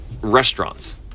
restaurants